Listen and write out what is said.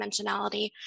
dimensionality